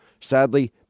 Sadly